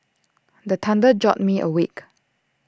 the thunder jolt me awake